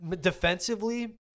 Defensively